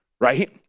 right